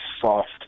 soft